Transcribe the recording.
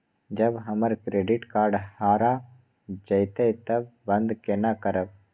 जब हमर credit card हरा जयते तब बंद केना करब?